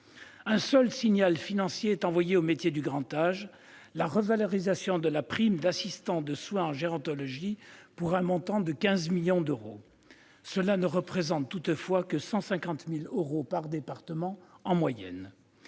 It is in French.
Un seul signal financier est envoyé aux métiers du grand âge : la revalorisation de la prime d'assistant de soins en gérontologie, pour un montant de 15 millions d'euros. Toutefois, cela ne représente en moyenne que 150 000 euros par département ! J'en